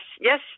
yes